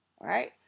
Right